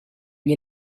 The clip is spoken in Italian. gli